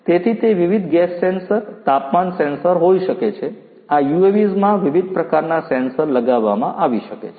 તેથી તે વિવિધ ગેસ સેન્સર તાપમાન સેન્સર હોઈ શકે છે આ UAVs માં વિવિધ પ્રકારના સેન્સર લગાવવામાં આવી શકે છે